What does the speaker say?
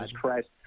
Christ